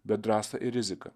bet drąsą ir riziką